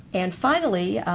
and finally,